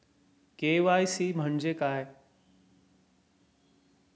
KYC म्हणजे काय आहे?